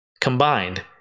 combined